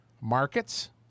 markets